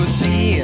see